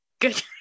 Good